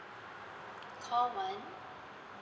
call one